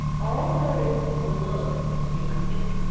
all there is in the world if you like it.